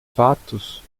fatos